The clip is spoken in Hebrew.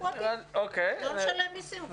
לא לשלם מיסים.